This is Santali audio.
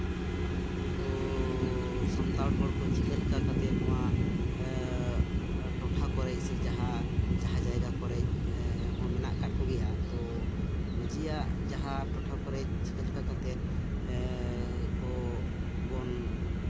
ᱥᱟᱱᱛᱟᱲ ᱦᱚᱲ ᱠᱚ ᱪᱤᱠᱟᱹᱞᱮᱠᱟ ᱠᱟᱛᱮᱫ ᱱᱚᱣᱟ ᱴᱚᱴᱷᱟ ᱠᱚᱨᱮᱫ ᱥᱮ ᱡᱟᱦᱟᱸ ᱡᱟᱦᱟᱸ ᱡᱟᱭᱜᱟ ᱠᱚᱨᱮᱫ ᱦᱚᱸ ᱢᱮᱱᱟᱜ ᱠᱟᱫ ᱠᱚᱜᱮᱭᱟ ᱛᱚ ᱱᱤᱡᱮᱭᱟᱜ ᱡᱟᱦᱟᱸ ᱴᱚᱴᱷᱟ ᱠᱚᱨᱮᱫ ᱪᱤᱠᱟᱹᱞᱮᱠᱟ ᱠᱟᱛᱮᱫ ᱠᱚ ᱵᱚᱱ